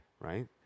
Right